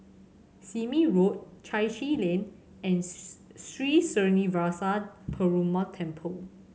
Sime Road Chai Chee Lane and Sri Srinivasa Perumal Temple